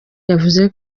yavuze